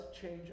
change